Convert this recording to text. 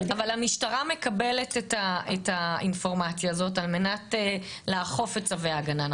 אבל המשטרה מקבלת את האינפורמציה הזאת על מנת לאכוף את צווי ההגנה,